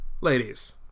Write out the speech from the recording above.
Ladies